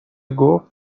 گفت